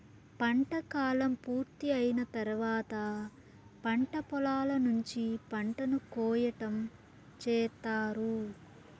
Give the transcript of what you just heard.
పంట కాలం పూర్తి అయిన తర్వాత పంట పొలాల నుంచి పంటను కోయటం చేత్తారు